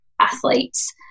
athletes